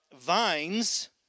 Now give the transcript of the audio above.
vines